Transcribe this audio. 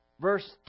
Verse